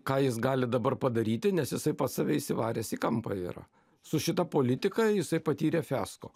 ką jis gali dabar padaryti nes jisai pats save įsivaręs į kampą yra su šita politika jisai patyrė fiasko